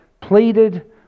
pleaded